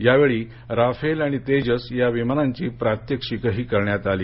यावेळी राफेल आणि तेजस विमानांची प्रात्यक्षिकही करण्यात आली